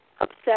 upset